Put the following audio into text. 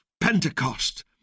Pentecost